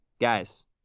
guys